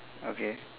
okay